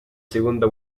seconda